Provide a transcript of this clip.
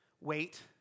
wait